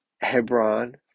Hebron